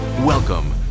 Welcome